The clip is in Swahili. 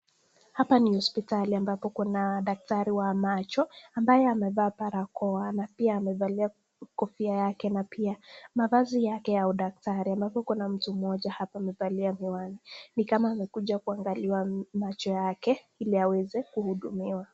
Hapa ni hospitali ambapo kuna daktari wa macho ambaye amevaa barakoa na pia amevalia kofia yake na pia mavazi ya udaktari ambavyo kuna mtu mmoja hapa amevalia miwani ni kama amekuja kuangaliwa macho yake ili aweze kuhudumiwa.